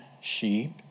sheep